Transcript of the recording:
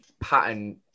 pattern